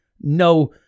no